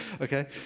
okay